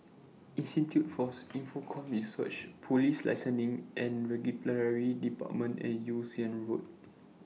Institute For Infocomm Research Police Licensing and Regulatory department and Yew Siang Road